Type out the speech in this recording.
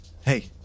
Hey